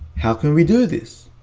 how can we do this?